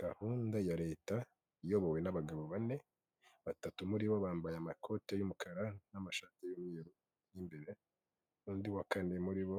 Gahunda ya leta, iyobowe n'abagabo bane, batatu muri bo bambaye amakoti y'umukara n'amashati y'umweru y'imbere, n'undi wa kane muri bo